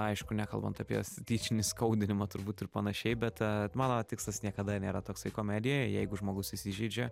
aišku nekalbant apie tyčinį skaudinimą turbūt ir panašiai bet mano tikslas niekada nėra toksai komedijoj jeigu žmogus įsižeidžia